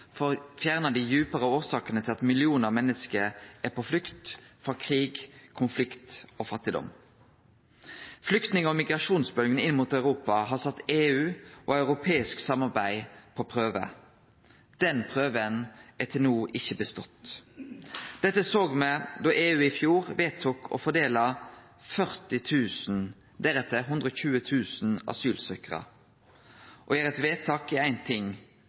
for å fjerne dei djupare årsakene til at millionar av menneske er på flukt, frå krig, konflikt og fattigdom. Flyktning- og migrasjonsbølgja inn mot Europa har sett EU og europeisk samarbeid på prøve. Den prøva er til no ikkje bestått. Dette såg me da EU i fjor vedtok å fordele 40 000, deretter 120 000 asylsøkjarar. Å gjere eit vedtak er éin ting,